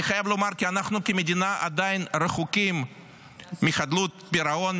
אני חייב לומר כי אנחנו כמדינה עדיין רחוקים מחדלות פירעון,